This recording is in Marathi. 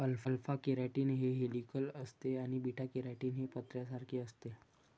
अल्फा केराटीन हे हेलिकल असते आणि बीटा केराटीन हे पत्र्यासारखे असते